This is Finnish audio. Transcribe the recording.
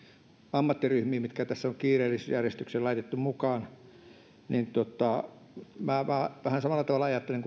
ammattiryhmiin mitkä tässä on kiireellisyysjärjestykseen laitettu mukaan minä vähän samalla tavalla ajattelen